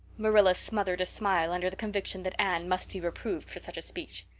marilla smothered a smile under the conviction that anne must be reproved for such a speech.